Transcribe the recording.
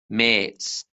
mêts